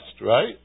right